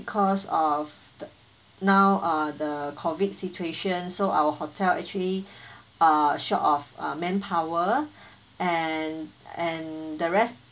cause of the now uh the COVID situation so our hotel actually are short of uh manpower and and the rest